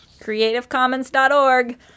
Creativecommons.org